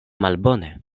malbone